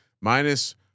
Minus